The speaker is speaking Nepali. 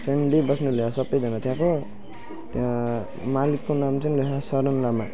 फ्रेन्डली बस्नु लाग्यो सबैजना त्यहाँको त्यहाँ मालिकको पनि नाम चाहिँ रस शरण लामा